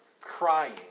crying